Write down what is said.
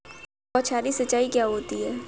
बौछारी सिंचाई क्या होती है?